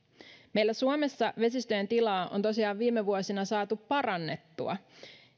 meillä suomessa vesistöjen tilaa on tosiaan viime vuosina saatu parannettua